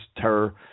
terror